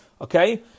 Okay